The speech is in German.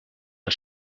der